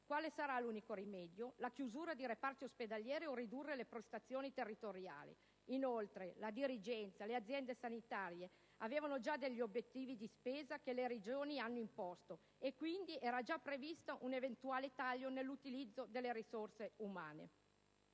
di personale l'unico rimedio può essere la chiusura di reparti ospedalieri o la riduzione di prestazioni territoriali. Inoltre, la dirigenza delle aziende sanitarie ha già obiettivi di spesa che le Regioni hanno imposto e quindi era già previsto un eventuale taglio nell'utilizzo delle risorse umane.